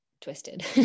twisted